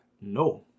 No